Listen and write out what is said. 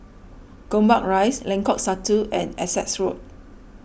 Gombak Rise Lengkok Satu and Essex Road